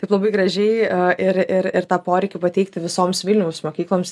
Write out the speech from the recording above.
taip labai gražiai ir ir ir tą poreikį pateikti visoms vilniaus mokykloms